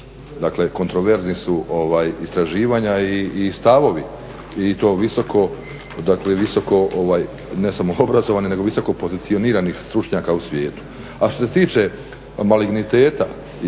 kontroverzna su istraživanja i stavovi i to visoko, ne samo obrazovani, nego visoko pozicioniranih stručnjaka u svijetu. A što se tiče maligniteta i incidencije,